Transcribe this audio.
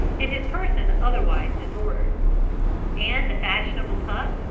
and his person otherwise disordered and the fashionable pup,